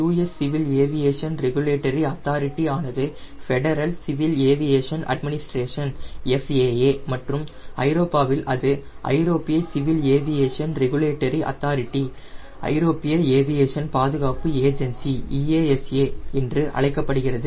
US civil aviation regulatory authority ஆனது federal aviation administration FAA மற்றும் ஐரோப்பாவில் அது ஐரோப்பிய சிவில் ஏவியேஷன் ரெகுலேட்டரி அத்தாரிட்டி ஐரோப்பிய ஏவியேஷன் பாதுகாப்பு ஏஜென்சி EASA என்று அழைக்கப்படுகிறது